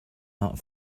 not